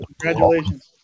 Congratulations